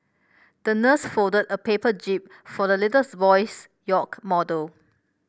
the nurse folded a paper jib for the little boy's yacht model